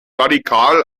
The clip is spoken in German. radikal